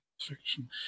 fiction